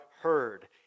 heard